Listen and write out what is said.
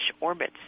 orbits